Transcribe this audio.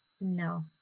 No